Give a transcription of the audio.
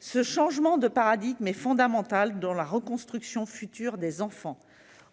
Ce changement de paradigme est fondamental dans la reconstruction future des enfants :